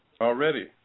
Already